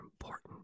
important